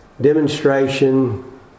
demonstration